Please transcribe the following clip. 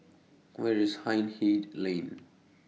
Where IS Hindhede Lane